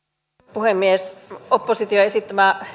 puhemies opposition esittämä